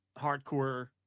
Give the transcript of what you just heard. hardcore